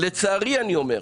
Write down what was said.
לצערי אני אומר,